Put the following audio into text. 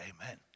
Amen